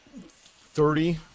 thirty